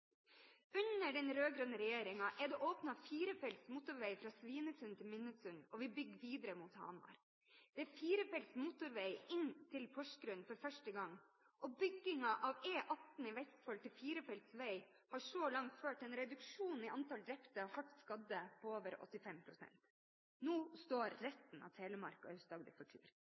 Under den rød-grønne regjeringen er det åpnet firefelts motorvei fra Svinesund til Minnesund, og vi bygger videre mot Hamar. Det er firefelts motorvei inn til Porsgrunn for første gang, og byggingen av E18 i Vestfold til firefelts vei har så langt ført til en reduksjon i antallet drepte og hardt skadde på over 85 pst. Nå står resten av Telemark og